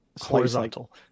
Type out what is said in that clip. horizontal